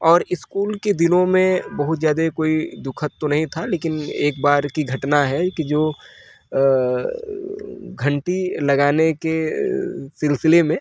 और स्कूल के दिनों में बहुत ज्यादे कोई दुखद तो नहीं था लेकिन एक बार की घटना है कि जो अ घंटी लगाने के अ सिलसिले में